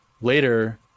later